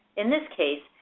in this case,